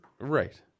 Right